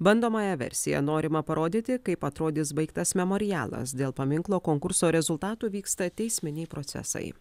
bandomąja versija norima parodyti kaip atrodys baigtas memorialas dėl paminklo konkurso rezultatų vyksta teisminiai procesai